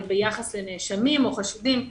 אבל ביחס לנאשמים או חשודים,